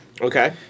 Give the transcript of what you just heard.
Okay